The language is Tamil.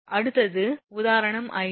அடுத்தது உதாரணம் 5